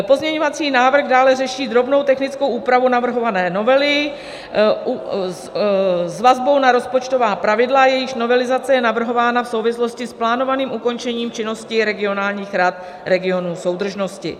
Pozměňovací návrh dále řeší drobnou technickou úpravu navrhované novely s vazbou na rozpočtová pravidla, jejichž novelizace je navrhována v souvislosti s plánovaným ukončením činnosti regionálních rad regionů soudržnosti.